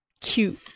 cute